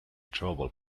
trouble